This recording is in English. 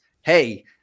Hey